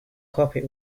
carpet